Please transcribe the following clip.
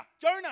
Jonah